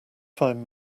find